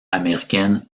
américaine